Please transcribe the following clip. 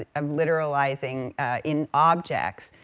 ah um literalizing in objects,